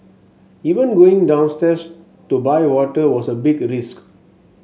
even going downstairs to buy water was a big risk